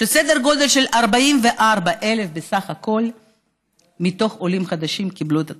שסדר גודל של 44,000 בסך הכול מתוך העולים החדשים קיבלו את התוספת.